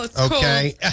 Okay